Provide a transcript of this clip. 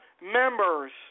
members